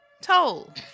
toll